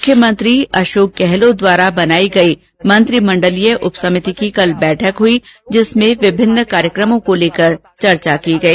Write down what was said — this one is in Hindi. मुख्यमंत्री अशोक गहलोत द्वारा बनाई गई मंत्रिमंडलीय उपसमिति की कल बैठक हुई जिसमें विमिन्न कार्यक्रमों को लेकर चर्चा की गई